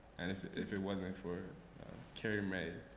and if if it wasn't for carrie mae,